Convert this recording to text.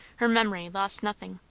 her memory lost nothing.